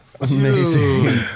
Amazing